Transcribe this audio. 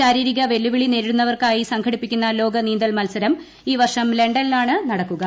ശാരീരിക വെല്ലുവിളി നേരിടുന്നവർക്കായി സംഘടിപ്പിക്കുന്ന ലോക നീന്തൽ മത്സരം ഈ വർഷം ലണ്ടനിലാണ് നടക്കുക